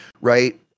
right